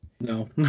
no